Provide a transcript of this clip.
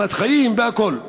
סכנת חיים והכול.